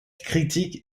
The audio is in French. critique